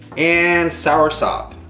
and soursop.